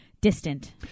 distant